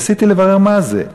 ניסיתי לברר מה זה.